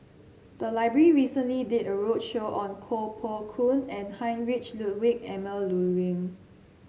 the library recently did a roadshow on Koh Poh Koon and Heinrich Ludwig Emil Luering